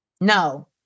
No